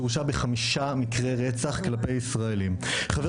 שהורשע בחמישה מקרי רצח כלפי ישראלים,